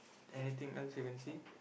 anything else you can see